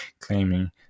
claiming